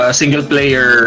single-player